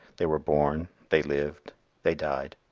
they were born they lived they died.